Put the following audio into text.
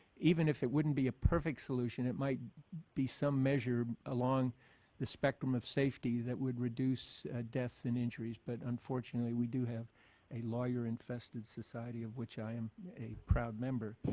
even if it wouldn't be a perfect solution, it might be some measure along the spectrum of safety that would reduce deaths and injuries, but unfortunately we do have a lawyer infested society of which i am a proud member.